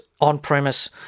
on-premise